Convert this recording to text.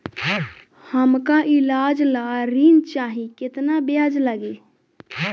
हमका ईलाज ला ऋण चाही केतना ब्याज लागी?